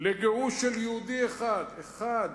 לגירוש של יהודי אחד אחד,